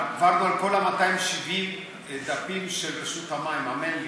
עברנו על כל 270 הדפים של רשות המים, האמן לי.